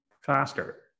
faster